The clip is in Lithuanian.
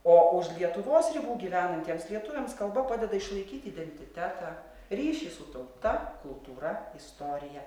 o už lietuvos ribų gyvenantiems lietuviams kalba padeda išlaikyti identitetą ryšį su tauta kultūra istorija